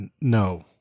No